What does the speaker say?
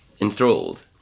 enthralled